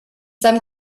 some